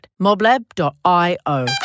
moblab.io